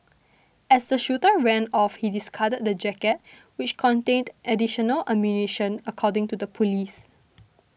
as the shooter ran off he discarded the jacket which contained additional ammunition according to the police